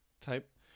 type